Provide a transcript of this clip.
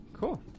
Cool